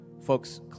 Folks